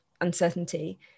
uncertainty